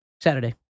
Saturday